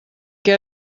què